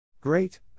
Great